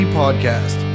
podcast